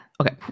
Okay